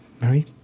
Mary